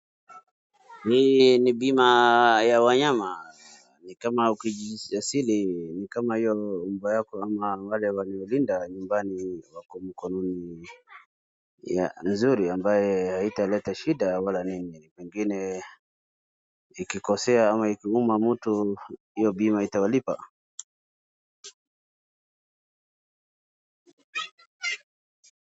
Hii ni bima ya wanyama, ni kama ukijisajili ni kama hiyo nyumba yako na wale waliolinda nyumbani wako mikononi mizuri ambayo haitaleta shida wala nini, ingine ikikosea ama ikuma mtu, hiyo bima italipa.